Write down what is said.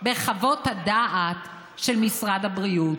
בחוות הדעת של משרד הבריאות,